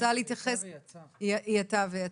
הייתה ויצאה.